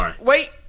wait